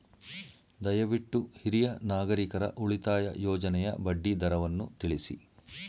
ದಯವಿಟ್ಟು ಹಿರಿಯ ನಾಗರಿಕರ ಉಳಿತಾಯ ಯೋಜನೆಯ ಬಡ್ಡಿ ದರವನ್ನು ತಿಳಿಸಿ